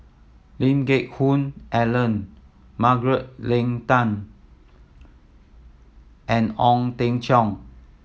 Lee Geck Hoon Ellen Margaret Leng Tan and Ong Teng Cheong